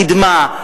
קדמה,